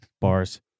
Bars